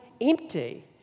empty